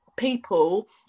People